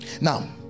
Now